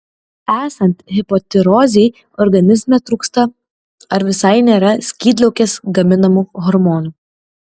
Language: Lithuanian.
esant hipotirozei organizme trūksta ar visai nėra skydliaukės gaminamų hormonų